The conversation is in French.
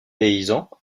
paysans